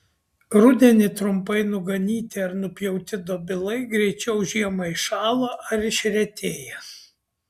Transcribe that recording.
rudenį trumpai nuganyti ar nupjauti dobilai greičiau žiemą iššąla ar išretėja